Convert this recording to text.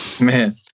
man